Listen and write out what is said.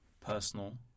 personal